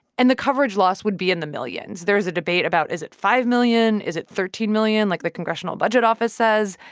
and the coverage loss would be in the millions. there is a debate about, is it five million? is it thirteen million like the congressional budget office says?